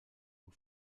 aux